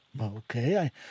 Okay